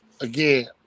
again